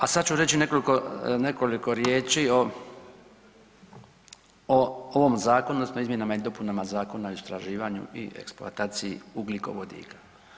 A sad ću reći nekoliko riječi o ovom zakonu odnosno izmjenama i dopunama Zakona o istraživanju i eksploataciji ugljikovodika.